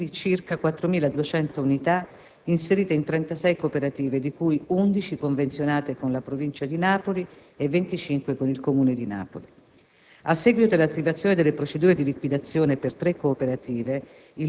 Gli enti sopracitati hanno avviato al lavoro, con diversi provvedimenti deliberativi, circa 4.200 unità inserite in 36 cooperative, di cui 11 convenzionate con la Provincia di Napoli e 25 con il Comune di Napoli.